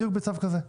בדיוק בצו כזה.